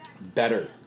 Better